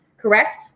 correct